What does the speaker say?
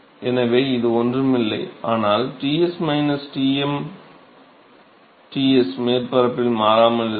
எனவே இது ஒன்றும் இல்லை ஆனால் T s T m T s மேற்பரப்பில் மாறாமல் இருக்கும்